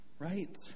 Right